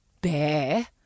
bear